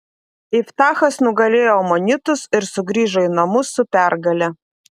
iftachas nugalėjo amonitus ir sugrįžo į namus su pergale